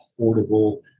affordable